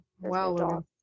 Wow